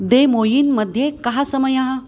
दे मोयिन्मध्ये कः समयः